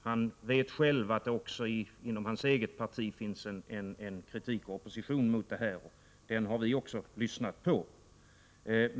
Han vet själv att det också inom hans eget parti finns en RS RA 2 EE ; Ån Tullförrättningsavopposition mot detta förslag. Den har även vi lyssnat på.